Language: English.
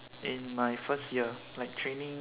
in my first year I training